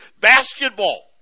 basketball